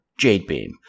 Jadebeam